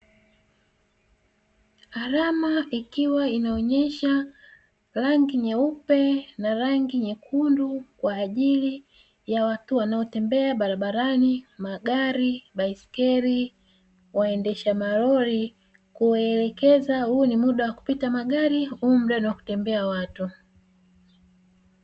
Alama ikiwa inaonyesha rangi nyeupe na rangi nyekundu kwa ajili ya watu wanaotembea barabarani, magari, baiskeli ,waendesha maroli, kuwaelekeza muda wa kupita magari na muda wa watu kutembea.